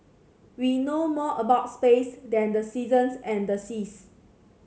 we know more about space than the seasons and the seas